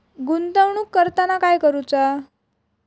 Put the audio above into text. गुंतवणूक करताना काय करुचा?